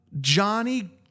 Johnny